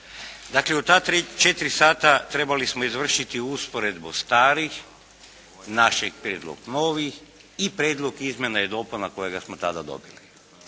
Dakle u ta tri, četiri sata trebali smo izvršiti usporedbu starih, našeg prijedlog novih i prijedlog izmjena i dopuna kojega smo tada dobili.